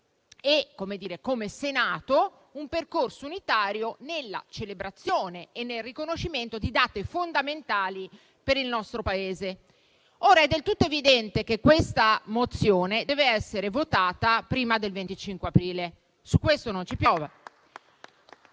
come Senato, nella celebrazione e nel riconoscimento di date fondamentali per il nostro Paese. È del tutto evidente che questa mozione deve essere votata prima del 25 aprile: su questo non ci piove.